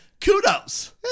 Kudos